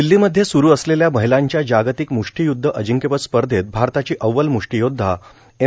दिल्लीमध्ये स्रू असलेल्या महिलांच्या जागतिक म्श्टिय्ध्द अजिंक्यपद स्पर्धेत भारताची अव्वल म्श्टीयोध्दा एम